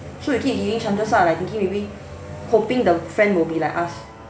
so you keep giving chances ah like thinking maybe hoping the friend will be like us